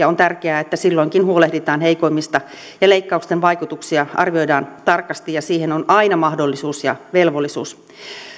on tärkeää että silloinkin huolehditaan heikoimmista ja leikkausten vaikutuksia arvioidaan tarkasti ja siihen on aina mahdollisuus ja velvollisuus